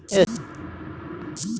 Stand up India में loan मिलते?